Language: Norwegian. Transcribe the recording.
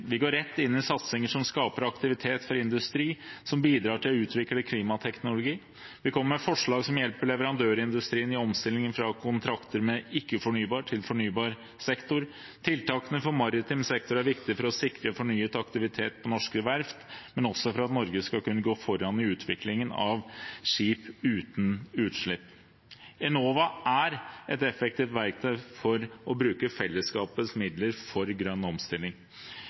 Vi går rett inn i satsinger som skaper aktivitet for industri, og som bidrar til å utvikle klimateknologi. Vi kommer med forslag som hjelper leverandørindustrien i omstillingen fra å ha kontrakter med ikke-fornybar sektor til fornybar sektor. Tiltakene for maritim sektor er viktig for å sikre fornyet aktivitet på norske verft, men også for at Norge skal kunne gå foran i utviklingen av skip uten utslipp. Enova er et effektiv verktøy for å bruke fellesskapets midler for grønn omstilling.